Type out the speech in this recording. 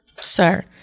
sir